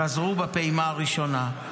חזרו בפעימה הראשונה,